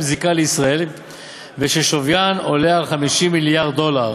זיקה לישראל וששוויין עולה על 50 מיליארד דולר.